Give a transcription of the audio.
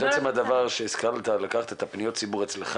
עצם הדבר שהשכלת לקחת את פניות הציבור אצלך